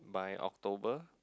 by October